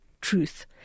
truth